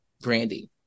Brandy